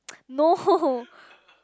no